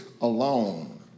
alone